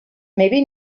maybe